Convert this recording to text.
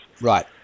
Right